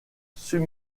sub